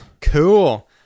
cool